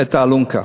את האלונקה.